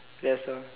guess so